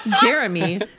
Jeremy